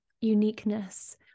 uniqueness